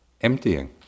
emptying